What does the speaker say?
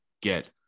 get